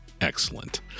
Excellent